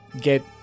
get